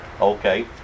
Okay